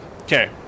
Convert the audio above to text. Okay